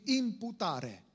imputare